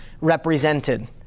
represented